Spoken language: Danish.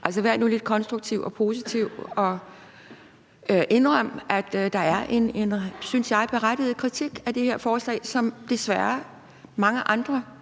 Altså, vær nu lidt konstruktiv og positiv, og indrøm, at der er en, synes jeg, berettiget kritik af det her forslag, som desværre ligesom mange andre